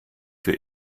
für